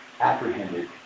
apprehended